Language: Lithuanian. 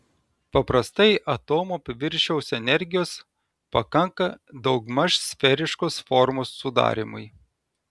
paprastai atomo paviršiaus energijos pakanka daugmaž sferiškos formos sudarymui